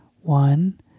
one